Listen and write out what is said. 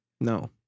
No